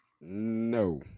No